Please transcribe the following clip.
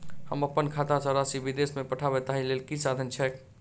हम अप्पन खाता सँ राशि विदेश मे पठवै ताहि लेल की साधन छैक?